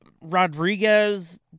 Rodriguez